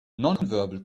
nonverbal